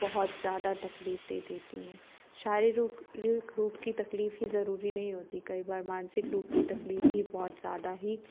बहुत ज़्यादा तकलीफ दे देती है शारीरिक रूप की तकलीफ ही जरूरी नहीं होती कई बार मानसिक रूप की तकलीफ भी बहुत ज़्यादा ही